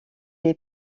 est